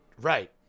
Right